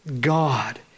God